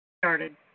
started